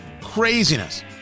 Craziness